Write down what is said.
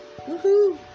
Woohoo